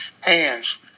hands